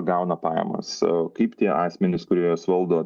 gauna pajamas kaip tie asmenys kurie juos valdo